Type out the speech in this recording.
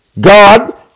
God